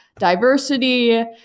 diversity